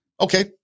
Okay